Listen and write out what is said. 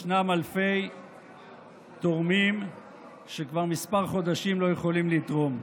יש אלפי תורמים שכבר כמה חודשים לא יכולים לתרום.